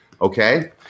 Okay